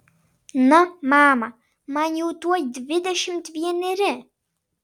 na mama man jau tuoj dvidešimt vieneri